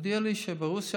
הודיע לי שבחוץ לארץ,